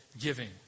giving